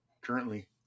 currently